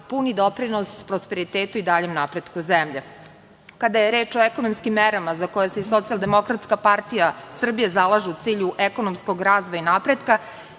puni doprinos prosperitetu i daljem napretku zemlje. Kada je reč o ekonomskim merama za koje se i SDPS zalaže u cilju ekonomskog razvoja i napretka,